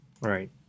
Right